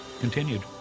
continued